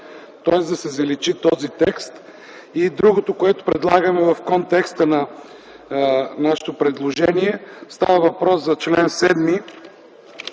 тоест да се заличи този текст. Другото, което предлагаме в контекста на нашето предложение. Става въпрос за чл. 7,